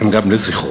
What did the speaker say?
הם גם לזכרו.